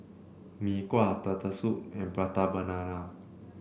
Mee Kuah Turtle Soup and Prata Banana